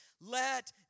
Let